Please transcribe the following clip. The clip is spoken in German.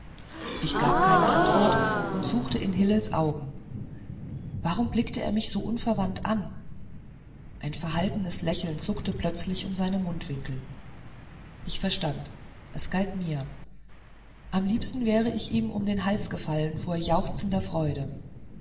ich gab keine antwort und suchte in hillels augen warum blickte er mich so unverwandt an ein verhaltenes lächeln zuckte plötzlich um seine mundwinkel ich verstand es galt mir am liebsten wäre ich ihm um den hals gefallen vor jauchzender freude